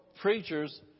preachers